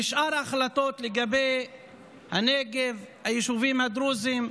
ושאר ההחלטות לגבי הנגב, היישובים הדרוזיים,